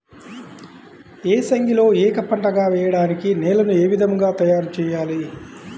ఏసంగిలో ఏక పంటగ వెయడానికి నేలను ఏ విధముగా తయారుచేయాలి?